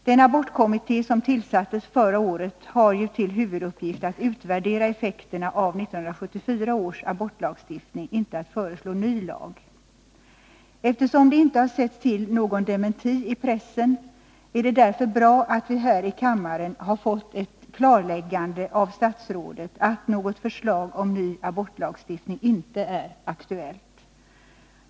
Den abortkommitté som tillsattes förra året har ju till huvuduppgift att utvärdera effekterna av 1974 års abortlagstiftning, inte att föreslå ny lagstiftning. Eftersom det inte har synts någon dementi i pressen är det bra att vi här i kammaren har fått ett klarläggande av statsrådet, dvs. att några förslag om ny abortlagstiftning inte är aktuella.